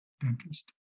Dentist